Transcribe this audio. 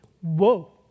Whoa